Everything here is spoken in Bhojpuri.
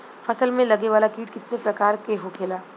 फसल में लगे वाला कीट कितने प्रकार के होखेला?